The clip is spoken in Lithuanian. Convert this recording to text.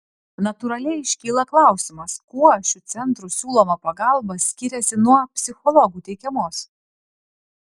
natūraliai iškyla klausimas kuo šių centrų siūloma pagalba skiriasi nuo psichologų teikiamos